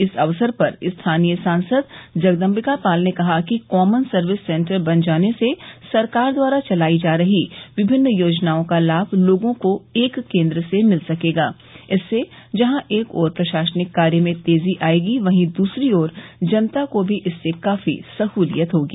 इस अवसर पर स्थानीय सांसद जगदम्बिका पाल ने कहा कि कॉमन सर्विस सेन्टर बन जाने से सरकार द्वारा चलाई जा रही विभिन्न योजनाओं का लाभ लोगों को एक केन्द्र से मिल सकेगा इससे जहां एक ओर प्रशासनिक कार्य में तेजी आयेगी वहीं दूसरी ओर जनता को भी इससे काफी सहूलियत होगी